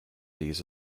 these